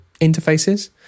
interfaces